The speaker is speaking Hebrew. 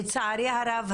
לצערי הרב,